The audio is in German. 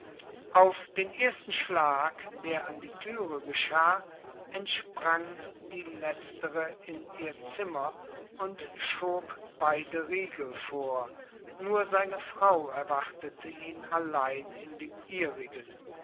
auf den ersten schlag der an die türe geschah entsprang die letztere in ihr zimmer und schob beide riegel vor nur seine frau erwartete ihn allein in dem ihrigen